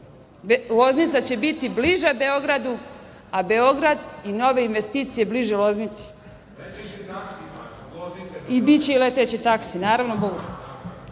Loznica će biti bliža Beogradu, a Beograd i nove investicije bliže Loznici. Biće i leteći taksi. Takođe, auto